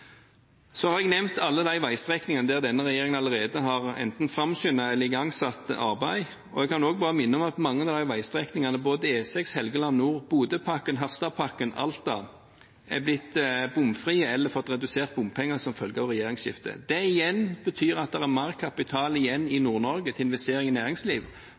har nevnt alle de veistrekningene der denne regjeringen allerede har enten framskyndet eller igangsatt arbeid, og jeg kan også bare minne om at mange av de veistrekningene, både E6 Helgeland nord, Bodøpakken, Harstadpakken og Alta er blitt bomfrie eller har fått redusert bompengene som følge av regjeringsskifte. Det igjen betyr at det er mer kapital igjen i Nord-Norge til å investere i næringsliv